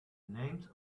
names